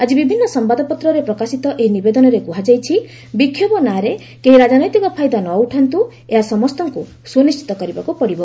ଆକ୍ରି ବିଭିନ୍ନ ସମ୍ଭାଦପତ୍ରରେ ପ୍ରକାଶିତ ଏହି ନିବେଦନରେ କୁହାଯାଇଛି ବିକ୍ଷୋଭ ନାଁରେ କେହି ରାଜନୈତିକ ଫାଇଦା ନ ଉଠାନ୍ତୁ ଏହା ସମସ୍ତଙ୍କୁ ସୁନିଶ୍ଚିତ କରିବାକୁ ପଡ଼ିବ